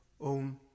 own